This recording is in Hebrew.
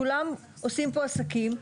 כולם עושים פה עסקים.